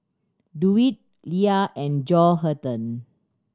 Dewitt Leia and Johathan